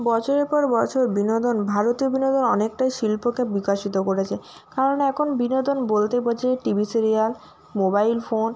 বছরের পর বছর বিনোদন ভারতের বিনোদন অনেকটাই শিল্পকে বিকশিত করেছে কারণ একন বিনোদন বলতে বোঝায় টিভি সিরিয়াল মোবাইল ফোন